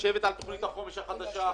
לשבת על תוכנית החומש החדשה,